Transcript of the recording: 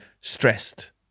stressed